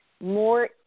more